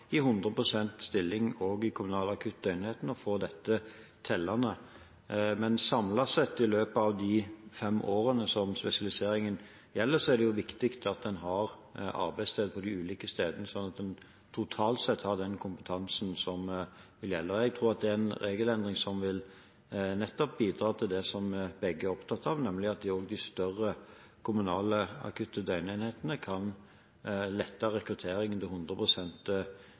i 100 pst. stilling også i en kommunal akutt døgnenhet og få dette tellende. Men samlet sett er det jo viktig at en, i løpet av de fem årene med spesialisering, har arbeidssted på de ulike stedene, slik at en totalt sett har den kompetansen som vil gjelde. Jeg tror at det er en regelendring som vil bidra til nettopp det som vi begge er opptatt av, nemlig at også de større kommunale akutte døgnenhetene kan lette rekrutteringen til